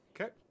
okay